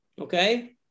Okay